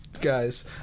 guys